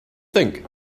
think